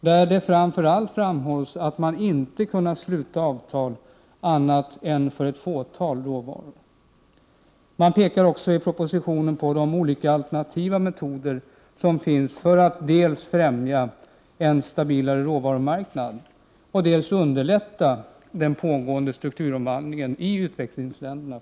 Det framhålls framför allt att man inte har kunnat sluta avtal för annat än ett fåtal råvaror. Man pekar också i propositionen på de olika alternativa metoder som finns för att dels främja en stabilare råvarumarknad, dels underlätta den pågående strukturomvandlingen i framför allt u-länderna.